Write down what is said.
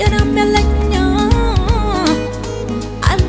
and i